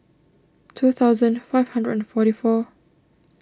two thousand five hundred and forty four